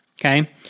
Okay